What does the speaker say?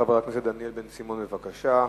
חבר הכנסת דניאל בן-סימון, בבקשה.